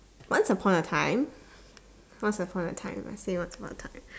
once upon a time once upon a time I say once upon a time